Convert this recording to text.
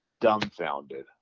dumbfounded